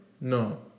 No